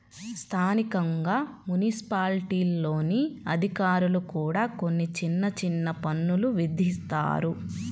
స్థానికంగా మున్సిపాలిటీల్లోని అధికారులు కూడా కొన్ని చిన్న చిన్న పన్నులు విధిస్తారు